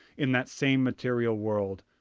in that same material world.